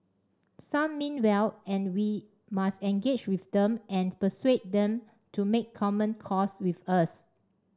some mean well and we must engage with them and persuade them to make common cause with us